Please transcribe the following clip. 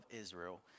Israel